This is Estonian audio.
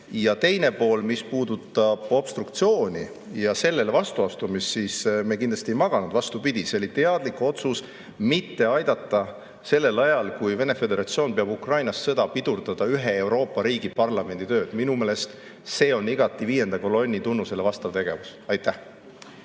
teine pool, mis puudutab obstruktsiooni ja sellele vastu astumist – me kindlasti ei maganud, vastupidi. See oli teadlik otsus mitte aidata sellel ajal, kui Vene Föderatsioon peab Ukrainas sõda, pidurdada ühe Euroopa riigi parlamendi tööd. Minu meelest see on igati viienda kolonni tunnustele vastav tegevus. Jah,